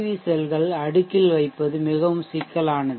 we செல்கள் அடுக்கில் வைப்பது மிகவும் சிக்கலானது